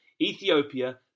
Ethiopia